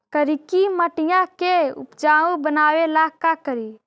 करिकी मिट्टियां के उपजाऊ बनावे ला का करी?